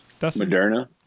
Moderna